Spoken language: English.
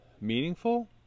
meaningful